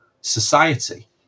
society